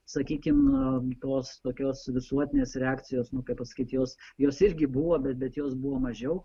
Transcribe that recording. sakykim tos tokios visuotinės reakcijos nu kaip pasakyt jos jos irgi buvo bet bet jos buvo mažiau